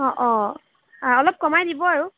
অঁ অঁ অলপ কমাই দিব আৰু